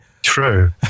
True